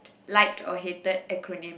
liked or hated acronym